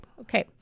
Okay